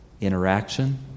interaction